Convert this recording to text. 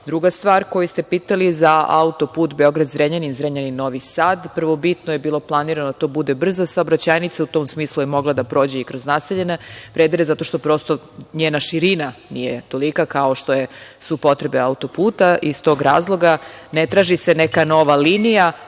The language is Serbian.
stvar, koju ste pitali za autoput Beograd-Zrenjanin, Zrenjanin-Novi Sad, prvobitno je bilo planirano da to bude brza saobraćajnica. U tom smislu je mogla da prođe i kroz naseljene predele, zato što prosto, njena širina nije tolika kao što su potrebe autoputa i iz tog razloga ne traži se neka nova linija,